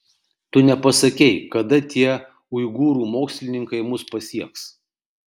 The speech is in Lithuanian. tu nepasakei kada tie uigūrų mokslininkai mus pasieks